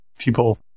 people